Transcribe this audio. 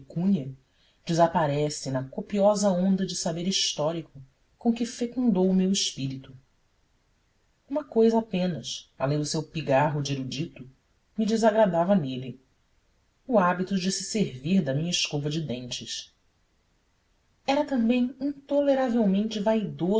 pecúnia desaparece na copiosa onda de saber histórico com que fecundou o meu espírito uma cousa apenas além do seu pigarro de erudito me desagradava nele o hábito de se servir da minha escova de dentes era também intoleravelmente vaidoso